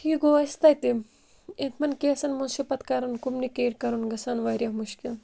یہِ گوٚو اَسہِ تَتہِ کیسَن منٛز چھُ پَتہٕ کَرُن کوٚمنِکیٹ کَرُن گَژھان واریاہ مُشکِل